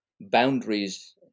boundaries